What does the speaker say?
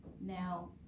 now